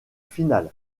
finale